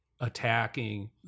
attacking